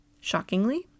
Shockingly